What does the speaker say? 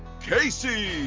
Casey